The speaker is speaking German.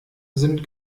sind